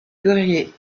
courrier